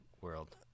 world